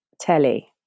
telly